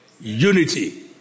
Unity